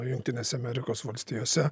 jungtinėse amerikos valstijose